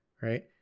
right